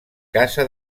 casa